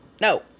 no